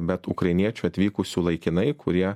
bet ukrainiečių atvykusių laikinai kurie